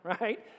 right